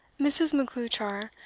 mrs. macleuchar,